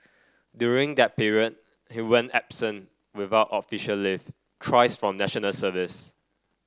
during that period he went absent without official leave thrice from National Service